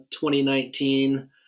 2019